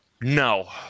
No